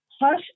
Hush